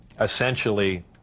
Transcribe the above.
essentially